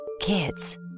Kids